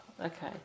Okay